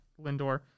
Lindor